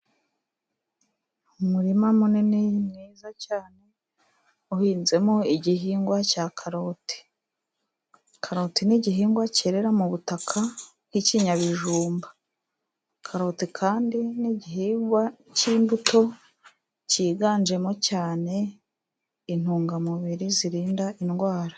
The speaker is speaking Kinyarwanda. Umurima munini mwiza cyane, uhinzemo igihingwa cya karoti, karoti n'igihingwa cyerera mu butaka nk'ikinyabijumba, karoti kandi n'igihingwa cy'imbuto cyiganjemo cyane, intungamubiri zirinda indwara.